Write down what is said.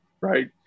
right